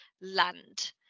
land